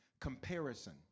Comparison